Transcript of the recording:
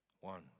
One